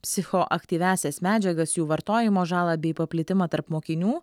psichoaktyviąsias medžiagas jų vartojimo žalą bei paplitimą tarp mokinių